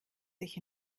sich